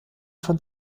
von